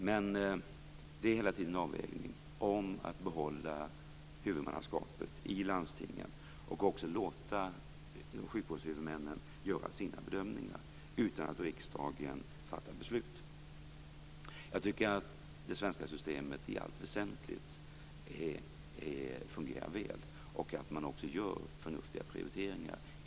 Men det är hela tiden en avvägning när det gäller att behålla huvudmannaskapet i landstingen och att också låta sjukvårdshuvudmännen göra sina bedömningar utan att riksdagen fattar beslut. Jag tycker att det svenska systemet i allt väsentligt fungerar väl och att landstingen gör förnuftiga prioriteringar.